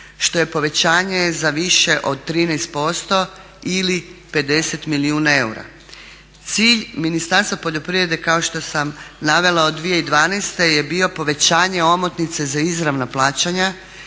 što je povećanje za više od 13% ili 50 milijuna eura. Cilj Ministarstva poljoprivrede kao što sam navela od 2012. je bio povećanje omotnice za izravna plaćanja,